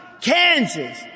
Kansas